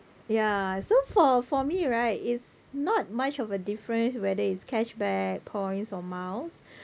ya so for for me right it's not much of a difference whether it's cashback points or miles